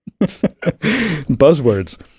buzzwords